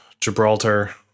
Gibraltar